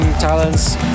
talents